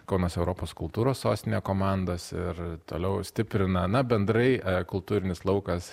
kaunas europos kultūros sostinė komandos ir toliau stiprina na bendrai kultūrinis laukas